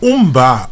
Umba